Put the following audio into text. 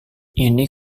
ini